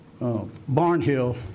Barnhill